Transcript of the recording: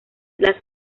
las